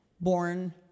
born